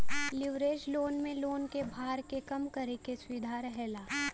leverage loan में loan क भार के कम करे क सुविधा रहेला